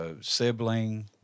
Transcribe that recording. Sibling